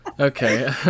Okay